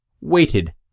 weighted